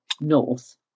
north